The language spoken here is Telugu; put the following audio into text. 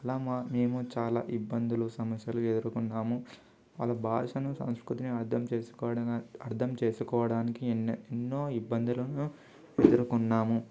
అలా మ మేము చాలా ఇబ్బందులు సమస్యలు ఎదురుకున్నాము వాళ్ళ భాషను సంస్కృతిని అర్ధం చేసుకోడం అర్ధం చేసుకోడానికి ఎన్ ఎన్నో ఇబ్బందులను ఎదురుకున్నాము